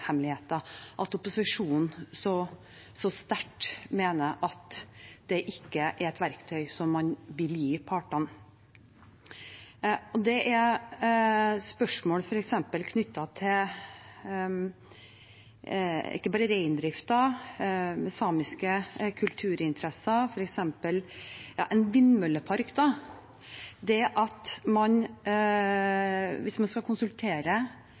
at opposisjonen så sterkt mener at det ikke er et verktøy som man vil gi partene. Det er spørsmål f.eks. knyttet til ikke bare reindriften, men samiske kulturinteresser. Og ta f.eks. en vindmøllepark, at man hvis man skal konsultere